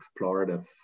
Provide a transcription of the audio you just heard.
explorative